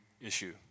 issue